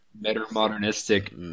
Meta-modernistic